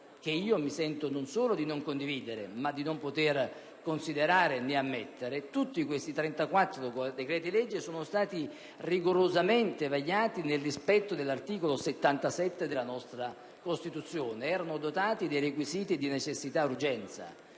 che io mi sento non solo di non condividere ma anche di non poter né considerare né ammettere), sono stati rigorosamente vagliati nel rispetto dell'articolo 77 della nostra Costituzione e sono dotati dei requisiti di necessità ed urgenza,